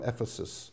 Ephesus